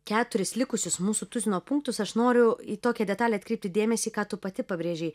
keturis likusius mūsų tuzino punktus aš noriu į tokią detalę atkreipti dėmesį ką tu pati pabrėžei